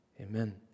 amen